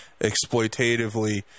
exploitatively